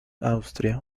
austria